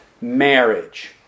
marriage